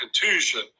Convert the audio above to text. contusion